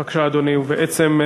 בבקשה, אדוני, ובעצם,